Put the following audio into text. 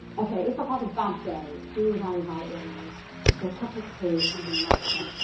okay, if i've had a bad day, who would i invite around for a cup of tea and a natter?